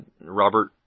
Robert